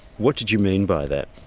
what did you mean by that?